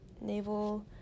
naval